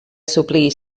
suplir